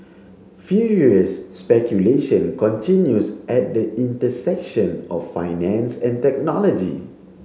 furious speculation continues at the intersection of finance and technology